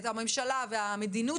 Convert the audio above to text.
הממשלה והמדיניות